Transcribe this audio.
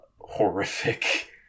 horrific